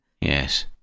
Yes